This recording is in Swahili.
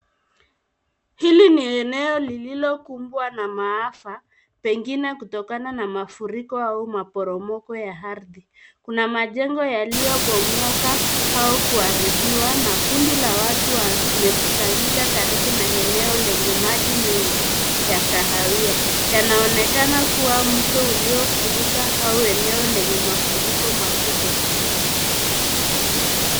Hili ni eneo lililokubwa na maafa pengine kutokana na mafuriko au maporomoko ya ardhi. Kuna majengo yalibomoka au kuharibiwa na kundi la watu wamekusanyika karibu na eneo lenye maji mengi ya kahawia. Yanaonekana kuwa mto uliofurika au eneo lenye mafuriko makubwa.